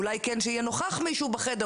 אולי כן שיהיה נוכח מישהו בחדר,